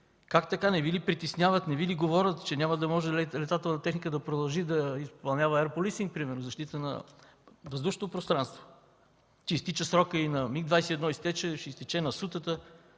истини. Не Ви ли притеснява, не Ви ли говори, че няма да може летателната техника да продължи да изпълнява Ер полисинг примерно – защита на въздушното пространство, че изтича срокът – на Миг-21 изтече, ще изтече